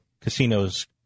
casinos